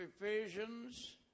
Ephesians